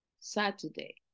Saturday